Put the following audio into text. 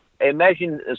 Imagine